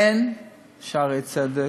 אין שערי צדק.